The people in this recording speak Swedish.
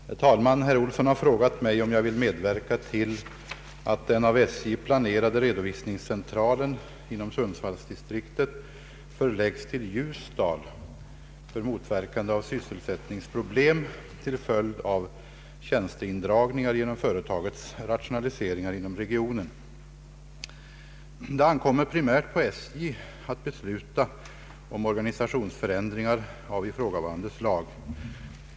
Herr talman! Herr Johan Olsson har frågat mig om jag vill medverka till att den av SJ planerade redovisningscentralen inom Sundsvallsdistriktet förläggs till Ljusdal för motverkande av sysselsättningsproblem till följd av tjänsteindragningar genom företagets rationaliseringar inom regionen. Det ankommer primärt på SJ att besluta om organisationsförändringar av ifrågavarande slag.